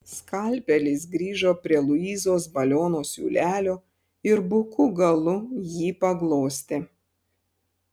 skalpelis grįžo prie luizos baliono siūlelio ir buku galu jį paglostė